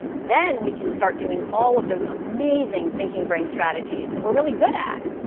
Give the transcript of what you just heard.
then we can start doing all of those amazing thinking brain strategies that we're really good at.